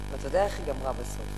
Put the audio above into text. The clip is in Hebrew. אתה יודע איך היא גמרה בסוף.